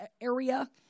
area